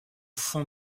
fond